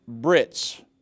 Brits